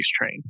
train